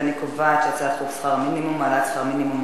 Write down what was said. אני קובעת שהצעת חוק שכר מינימום (העלאת שכר מינימום,